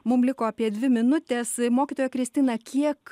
mum liko apie dvi minutės mokytoja kristina kiek